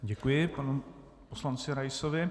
Děkuji panu poslanci Raisovi.